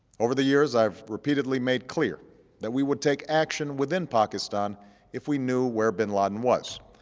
over the years, i've repeatedly made clear that we would take action within pakistan if we knew where bin laden was.